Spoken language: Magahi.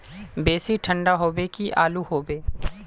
बेसी ठंडा होबे की आलू होबे